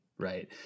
Right